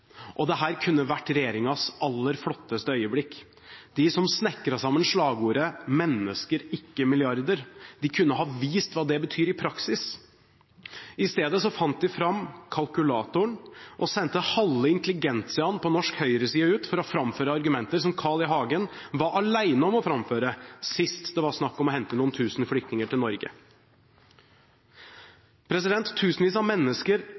og dette kunne vært regjeringens aller flotteste øyeblikk. De som snekret sammen slagordet «Mennesker, ikke milliarder», kunne ha vist hva det betyr i praksis. I stedet fant de fram kalkulatoren og sendte halve intelligentsiaen på norsk høyreside ut for å framføre argumenter som Carl I. Hagen var alene om å framføre sist det var snakk om å hente noen tusen flyktninger til Norge. Titusenvis av mennesker